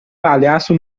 palhaço